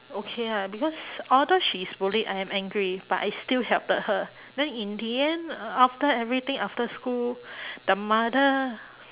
okay ah because although she's late I am angry but I still helped her then in the end after everything after school the mother